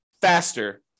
faster